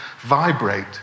vibrate